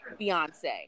Beyonce